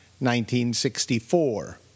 1964